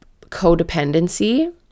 codependency